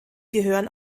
gehören